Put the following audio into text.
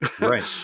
right